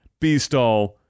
Beastall